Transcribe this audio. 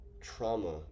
Trauma